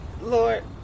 Lord